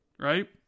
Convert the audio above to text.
Right